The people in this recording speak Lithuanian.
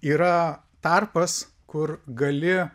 yra tarpas kur gali